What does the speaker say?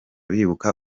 bibuka